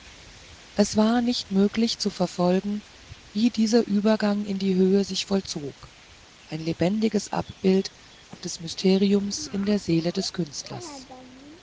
es wär nicht möglich zu verfolgen wie dieser übergang in die höhe sich vollzog ein lebendiges abbild des mysteriums in der seele des künstlers